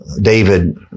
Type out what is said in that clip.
David